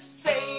say